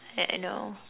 I I know